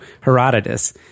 Herodotus